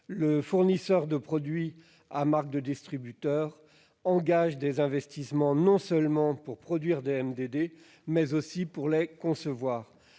le fournisseur de produits à marque de distributeur engage des investissements non seulement pour produire des MDD, mais aussi pour les concevoir.